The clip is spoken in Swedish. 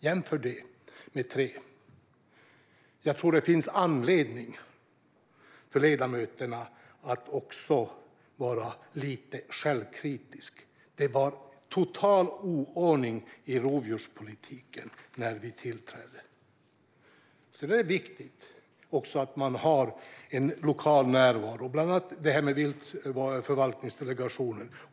Jämför det med tre! Jag tror att det finns anledning för ledamöterna att vara lite självkritiska. Det var total oordning i rovdjurspolitiken när vi tillträdde. Det är viktigt med lokal närvaro, bland annat genom viltförvaltningsdelegationer.